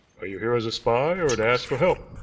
are you here as a spy or to ask for help?